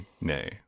Nay